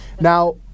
Now